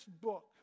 book